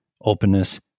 openness